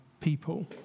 people